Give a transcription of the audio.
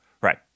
Right